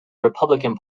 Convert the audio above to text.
republican